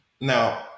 Now